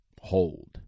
hold